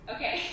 Okay